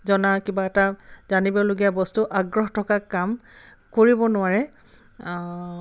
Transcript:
জনা কিবা এটা জানিবলগীয়া বস্তু আগ্ৰহ থকা কাম কৰিব নোৱাৰে